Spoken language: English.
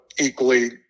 equally